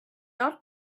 not